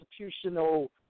constitutional